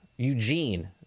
Eugene